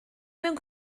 mewn